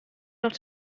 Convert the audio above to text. noch